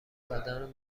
زدن